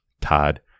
Todd